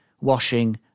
washing